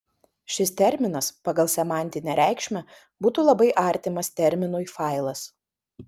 šis terminas pagal semantinę reikšmę būtų labai artimas terminui failas